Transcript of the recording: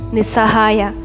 Nisahaya